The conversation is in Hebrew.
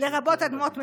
לרבות אדמות מדינה,